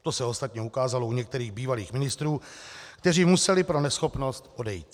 To se ostatně ukázalo u některých bývalých ministrů, kteří museli pro neschopnost odejít.